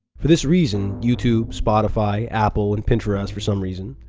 for this reason, youtube, spotify, apple, and pinterest for some reason,